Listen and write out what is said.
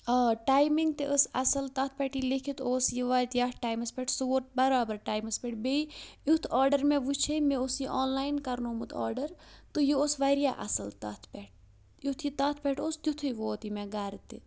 آ ٹایمِنٛگ تہِ ٲس اَصٕل تَتھ پٮ۪ٹھ یہِ لیٚکِتھ اوس یہِ واتہِ یَتھ ٹایمَس پٮ۪ٹھ سُہ ووت بَرابَر ٹایمَس پٮ۪ٹھ بیٚیہِ یُتھ آرڈَر مےٚ وٕچھے مےٚ اوس یہِ آن لاین کَرنومُت آرڈَر تہٕ یہِ اوس واریاہ اَصٕل تَتھ پٮ۪ٹھ یُتھ یہِ تَتھ پٮ۪ٹھ اوس تیُٚتھُے ووت یہِ مےٚ گَرٕ تہِ